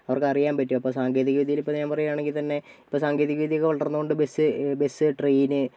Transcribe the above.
അവർക്ക് അറിയാൻ പറ്റും അപ്പോൾ സാങ്കേതികവിദ്യയിലിപ്പോൾ ഞാൻ പറയുകയാണെങ്കിൽ തന്നെ ഇപ്പോൾ സാങ്കേതിക വിദ്യയൊക്കെ വളർന്നതുകൊണ്ട് ബസ്സ് ബസ്സ് ട്രെയിന്